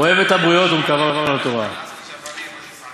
אוהב את הבריות ומקרבן לתורה" פשוט בושה.